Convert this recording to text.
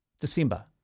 December